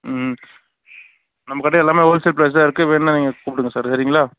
ம் நம்மக் கிட்டே எல்லாமே ஹோல் சேல் ப்ரைஸ்சில் தான் இருக்குது வேணுனால் நீங்கள் கூப்பிடுங்க சார் சரிங்களா